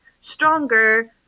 stronger